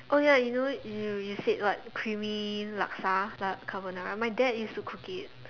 oh ya you know you you said what creamy Laksa la~ carbonara my dad used to cook it